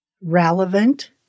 relevant